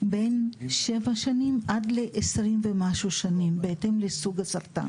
בין שבע שנים עד ל- עשרים ומשהו שנים בהתאם לסוג הסרטן.